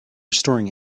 storing